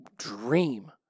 dream